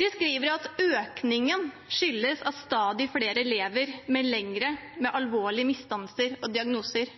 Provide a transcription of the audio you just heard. De skriver at «økningen skyldes at stadig flere lever lenger med alvorlige misdannelser og diagnoser».